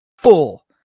full